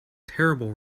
terrible